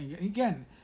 Again